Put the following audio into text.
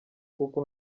kuko